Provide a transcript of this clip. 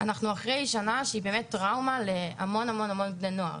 אנחנו אחרי שנה שהיא באמת טראומה להמון בני נוער.